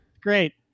Great